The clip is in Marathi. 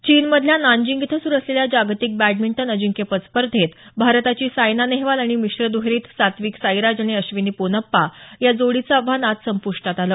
चीनमधल्या नानजिंग इथं सुरु असलेल्या जागतिक बॅडमिंटन अजिंक्यपद स्पर्धेत भारताची सायना नेहवाल आणि मिश्र दुहेरीत सात्विक साईराज आणि अश्विनी पोनाप्पा जोडीचं आव्हान आज संप्टात आलं